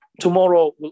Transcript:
Tomorrow